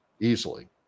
easily